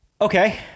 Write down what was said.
okay